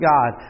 God